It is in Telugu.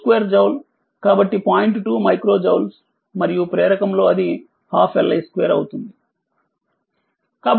2మైక్రోజౌల్స్ మరియు ప్రేరకం లో అది 12 Li2అవుతుంది